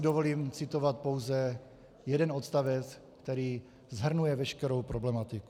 Dovolím si citovat pouze jeden odstavec, který shrnuje veškerou problematiku.